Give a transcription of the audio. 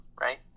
right